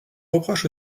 reproche